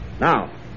Now